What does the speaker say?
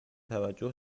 توجه